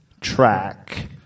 track